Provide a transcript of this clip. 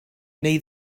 neu